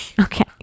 Okay